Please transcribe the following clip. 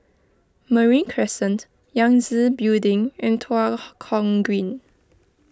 Marine Crescent Yangtze Building and Tua Kong Green